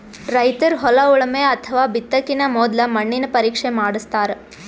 ರೈತರ್ ಹೊಲ ಉಳಮೆ ಅಥವಾ ಬಿತ್ತಕಿನ ಮೊದ್ಲ ಮಣ್ಣಿನ ಪರೀಕ್ಷೆ ಮಾಡಸ್ತಾರ್